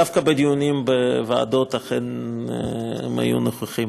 דווקא בדיונים בוועדות הם אכן היו נוכחים,